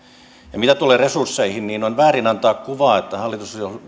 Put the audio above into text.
mitä tulee resursseihin niin on väärin antaa kuvaa että hallitus